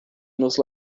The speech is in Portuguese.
nos